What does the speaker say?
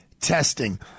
testing